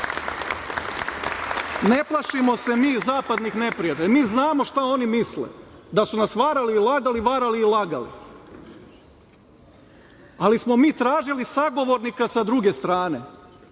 plašimo se mi zapadnih neprijatelja. Mi znamo šta oni misle. Da su na varali i lagali, varali i lagali, ali smo mi tražili sagovornika sa druge strane,